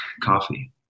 Coffee